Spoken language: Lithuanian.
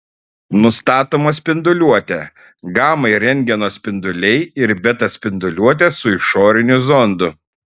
nustatoma spinduliuotė gama ir rentgeno spinduliai ir beta spinduliuotė su išoriniu zondu